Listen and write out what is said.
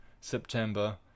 September